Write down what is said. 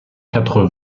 quatre